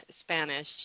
Spanish